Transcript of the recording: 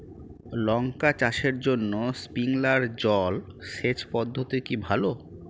লঙ্কা চাষের জন্য স্প্রিংলার জল সেচ পদ্ধতি কি ভালো?